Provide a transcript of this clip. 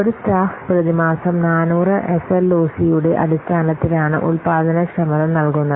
ഒരു സ്റ്റാഫ് പ്രതിമാസം 400 എസ്എൽഓസി യുടെ അടിസ്ഥാനത്തിലാണ് ഉൽപാദനക്ഷമത നൽകുന്നത്